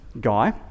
guy